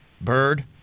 Bird